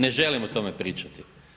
Ne želim o tome pričati.